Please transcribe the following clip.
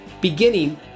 beginning